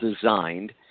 designed